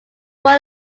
born